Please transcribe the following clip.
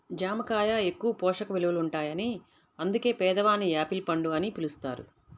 జామ కాయ ఎక్కువ పోషక విలువలుంటాయని అందుకే పేదవాని యాపిల్ పండు అని పిలుస్తారు